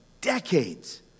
decades